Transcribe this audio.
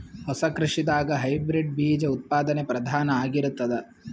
ಹೊಸ ಕೃಷಿದಾಗ ಹೈಬ್ರಿಡ್ ಬೀಜ ಉತ್ಪಾದನೆ ಪ್ರಧಾನ ಆಗಿರತದ